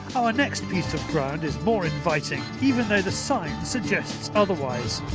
our next piece of ground is more inviting, even though the sign suggests otherwise.